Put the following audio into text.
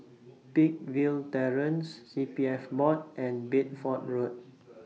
Peakville Terrace C P F Board and Bedford Road